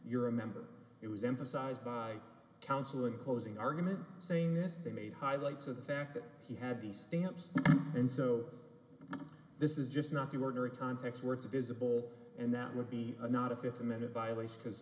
you're a member it was emphasized by counsel in closing argument saying yes they made highlights of the fact that he had the stamps and so this is just not the ordinary context words are visible and that would be not a fifteen minute violation